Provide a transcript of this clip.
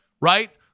right